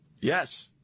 Yes